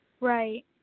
Right